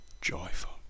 joyful